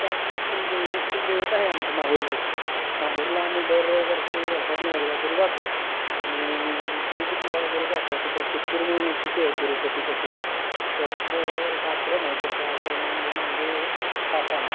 जिथे आमची कुलदेवी कुलदैवत आहे आमचं माहुरगड माहुरला आम्ही दर वर्षी वर्षातुन एकदा तरी जातोच आणि तिरुपतीला वगैरे जातो तिथं चित्तूर म्हणून एक सिटी आहे तिरुपती पाशी तर तिथं एक आश्रम आहे तर त्या आश्रमामध्ये माझे काका